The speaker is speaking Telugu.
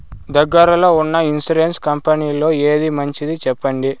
దగ్గర లో ఉన్న ఇన్సూరెన్సు కంపెనీలలో ఏది మంచిది? సెప్పండి?